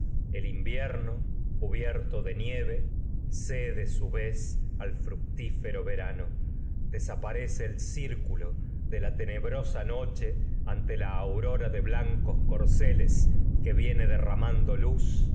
el invierno cubierto de cede su vez fructífero verano desaparece el circulo de la tenebrosa noche ante la aurora de blan cos corceles que viene derramando al luz